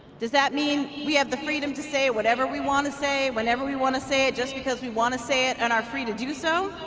does that mean we have the freedom to say whatever we want to say whenever we want to say it just because we want to say it and are free to do so?